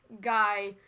guy